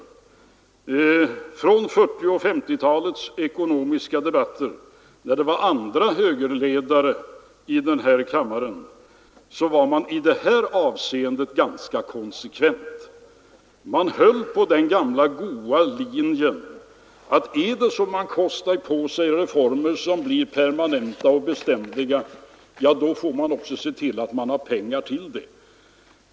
Under 1940 och 1950-talens ekonomiska debatter, när det var andra högerledare, var man i det avseendet ganska konsekvent. Man höll på den gamla goda linjen att är det så att man kostar på sig reformer som blir permanenta och beständiga får man också se till att man har pengar till dem.